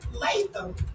Latham